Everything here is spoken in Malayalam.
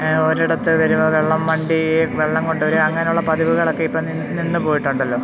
ഒരിടത്ത് വരുമ്പോള് വെള്ളം വണ്ടി വെള്ളം കൊണ്ടുവരും അങ്ങനെയുള്ള പതിവുകളൊക്കെ ഇപ്പോള് നിന്നുപോയിട്ടുണ്ടല്ലോ